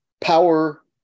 power